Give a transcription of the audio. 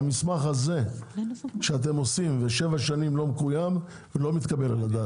המסמך הזה שאתם עושים ושבע שנים לא מקוים לא מתקבל על הדעת.